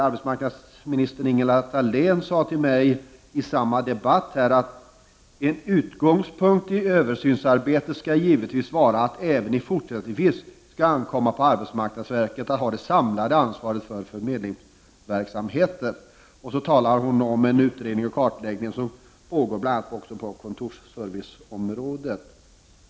Arbetsmarknadsminister Ingela Thalén sade till mig i den debatt jag tidigare nämnde: ”En utgångspunkt i översynsarbetet skall givetvis vara att det även fortsättningsvis skall ankomma på arbetsmarknadsverket att ha det samlade ansvaret för förmedlingsverksamheten.” Vidare talade hon om en utredning och kartläggning som pågår på bl.a. kontorsservice-området.